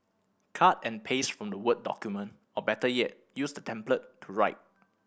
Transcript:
cut and paste from the word document or better yet use the template to write